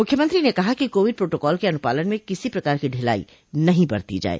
मुख्यमंत्री ने कहा कि कोविड प्रोटोकाल के अनुपालन में किसी प्रकार की ढिलाई नहीं बरती जाये